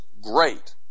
great